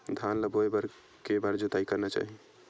धान ल बोए बर के बार जोताई करना चाही?